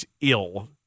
ill